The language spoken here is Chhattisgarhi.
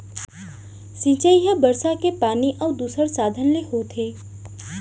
सिंचई ह बरसा के पानी अउ दूसर साधन ले होथे